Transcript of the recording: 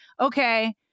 okay